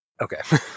Okay